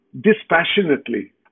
dispassionately